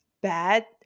bad